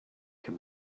can